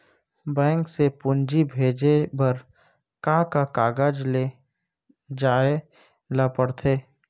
Bank से पूंजी भेजे बर का का कागज ले जाये ल पड़थे?